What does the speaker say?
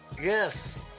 yes